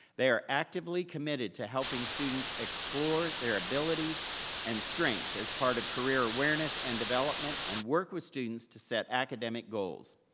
they are actively committed to helping students explore their abilities and strengths as part of career awareness and development, and work with students to set academic goals.